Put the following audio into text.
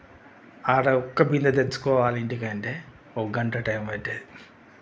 ఆడ ఒక్క బిందె తెచ్చుకోవాలా ఎందుకంటే ఒక గంట టైం పట్టేది